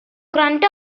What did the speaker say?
gwrando